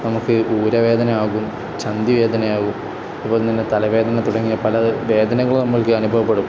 നമുക്ക് ഊരവേദനയാകും ചന്തി വേദനയാകും അതുപോലെ തന്നെ തലവേദന തുടങ്ങിയ പല വേദനങ്ങളും നമ്മൾക്ക് അനുഭവപ്പെടും